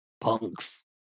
Punks